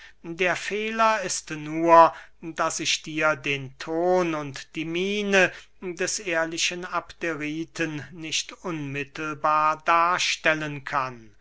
der fehler ist nur daß ich dir den ton und die miene des ehrlichen abderiten nicht unmittelbar darstellen kann